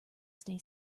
stay